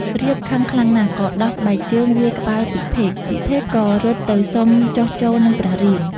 រាពណ៌ខឹងខ្លាំងណាស់ ក៏ដោះស្បែកជើងវាយក្បាលពិភេក ពិភេកក៏រត់ទៅសុំចុះចូលនឹងព្រះរាម។